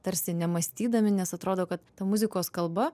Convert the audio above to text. tarsi nemąstydami nes atrodo kad ta muzikos kalba